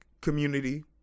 community